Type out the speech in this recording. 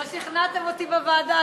לא שכנעתם אותי בוועדה,